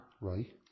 Right